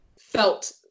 felt